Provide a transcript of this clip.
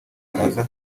baraza